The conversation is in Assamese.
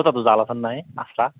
তোৰ তাত জাল এখন নাই